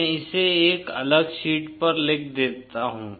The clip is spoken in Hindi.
में इसे एक अलग शीट पर लिख देता हूँ